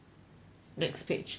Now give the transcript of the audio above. next page page five